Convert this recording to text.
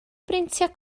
brintio